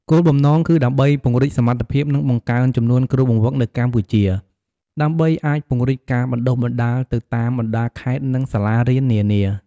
គោលបំណងគឺដើម្បីពង្រីកសមត្ថភាព និងបង្កើនចំនួនគ្រូបង្វឹកនៅកម្ពុជា ដើម្បីអាចពង្រីកការបណ្ដុះបណ្ដាលទៅតាមបណ្ដាខេត្ត និងសាលារៀននានា។